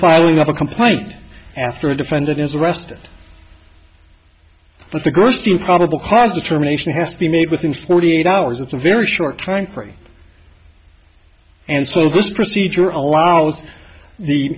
filing of a complaint after a defendant is arrested but the good probable cause determination has to be made within forty eight hours it's a very short time frame and so this procedure allows the